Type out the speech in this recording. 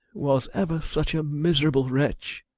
was ever such a miserable wretch!